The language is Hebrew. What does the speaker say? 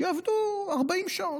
שיעבדו 40 שעות.